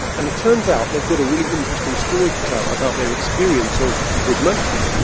and it turns out they've got a really interesting story to tell about their experience of brugmansia.